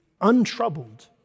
untroubled